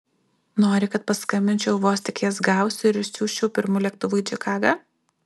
nori kad paskambinčiau vos tik jas gausiu ir išsiųsčiau pirmu lėktuvu į čikagą